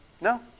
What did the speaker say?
No